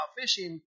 fishing